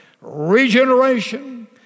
Regeneration